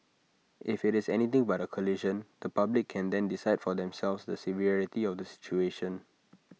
if IT is anything but A collision the public can then decide for themselves the severity of the situation